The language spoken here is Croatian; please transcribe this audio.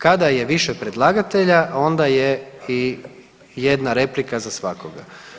Kada je više predlagatelja, onda je i jedna replika za svakoga.